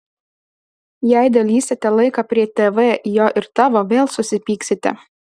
jei dalysite laiką prie tv į jo ir tavo vėl susipyksite